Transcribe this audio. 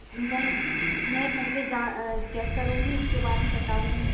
मैं मैं पहले जाँ चेक करूँगी उसके बाद ही बताऊँगी